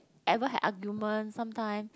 ever had argument sometime